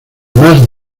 más